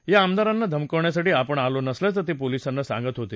या आमदारांना धमकावण्यासाठी आपण आलो नसल्याचं ते पोलिसांना सांगत होते